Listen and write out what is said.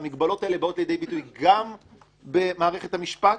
והמגבלות האלה באות לידי ביטוי גם במערכת המשפט